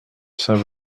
saint